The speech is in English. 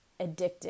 addictive